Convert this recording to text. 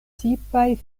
tipaj